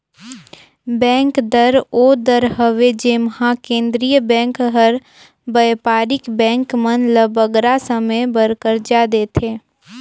bank दर ओ दर हवे जेम्हां केंद्रीय बेंक हर बयपारिक बेंक मन ल बगरा समे बर करजा देथे